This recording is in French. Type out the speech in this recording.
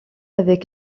avec